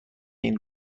این